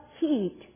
heat